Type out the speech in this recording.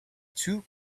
too